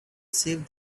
save